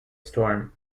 storm